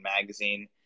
magazine